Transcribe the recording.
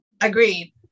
Agreed